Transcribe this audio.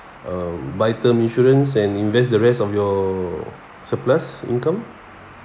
uh buy term insurance and invest the rest of your surplus income